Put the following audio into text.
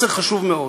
מסר חשוב מאוד.